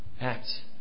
act